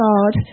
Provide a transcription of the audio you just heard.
God